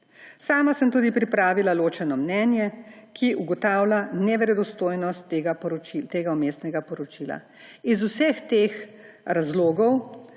Sama sem tudi pripravila ločeno mnenje, ki ugotavlja neverodostojnost tega vmesnega poročila. Iz vseh teh razlogov